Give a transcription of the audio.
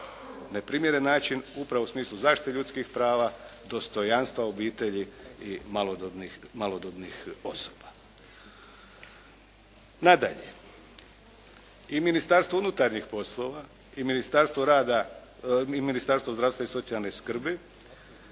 neprimjeren način upravo u smislu zaštite ljudskih prava, dostojanstva obitelji i malodobnih osoba. Nadalje, i Ministarstvo unutarnjih poslova i Ministarstvo zdravstva i socijalne skrbi